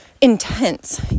intense